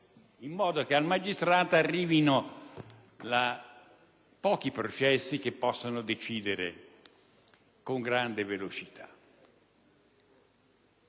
in modo che al magistrato arrivino pochi processi che possa decidere con grande velocità.